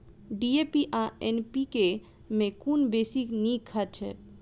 DAP आ NPK मे कुन बेसी नीक खाद छैक?